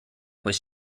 was